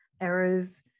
errors